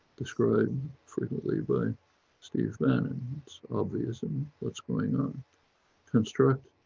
described frequently by steve bannon, it's obvious and what's going on construct,